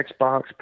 Xbox